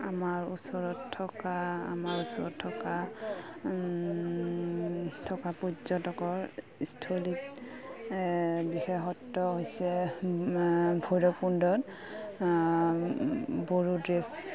আমাৰ ওচৰত থকা আমাৰ ওচৰত থকা থকা পৰ্যটকস্থলীত বিশেষত্ব হৈছে ভৈৰৱকুণ্ডত বড়ো ড্ৰেছ